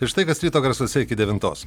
ir štai kas ryto garsuose iki devintos